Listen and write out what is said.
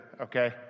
okay